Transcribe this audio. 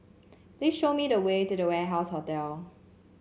please show me the way to The Warehouse Hotel